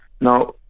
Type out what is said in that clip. Now